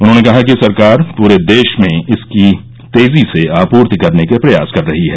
उन्होंने कहा कि सरकार पूरे देश में इसकी तेजी से आपूर्ति करने के प्रयास कर रही है